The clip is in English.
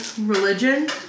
religion